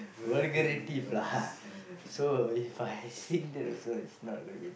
vulgarity lah so if I sing that also it's not gonna be